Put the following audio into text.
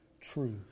truth